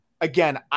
Again